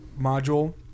module